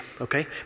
okay